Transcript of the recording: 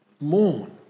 Mourn